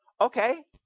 okay